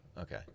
Okay